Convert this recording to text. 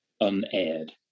unaired